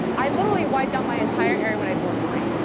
i literally wipe down my entire area when i board a plane.